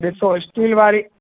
ॾिसो स्टील वारी